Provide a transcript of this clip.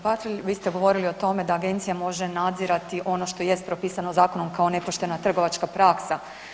Patrlj, vi ste govorili o tome da Agencija može nadzirati ono što jest propisano zakonom kao nepoštena trgovačka praksa.